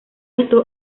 esto